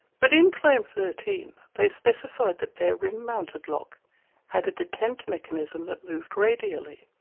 but in claim thirteen they specified that their rim-mounted lock had a detent mechanism that moved radially.